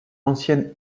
ancienne